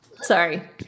Sorry